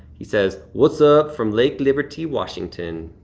he says, what's up, from lake liberty, washington.